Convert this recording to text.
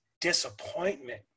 disappointment